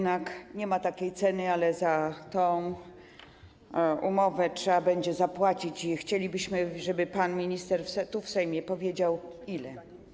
Nie ma takiej ceny, ale jednak za tę umowę trzeba będzie zapłacić i chcielibyśmy, żeby pan minister tu w Sejmie powiedział, ile.